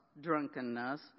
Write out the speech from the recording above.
drunkenness